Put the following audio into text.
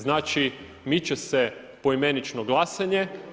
Znači, miče se poimenično glasanje.